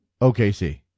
OKC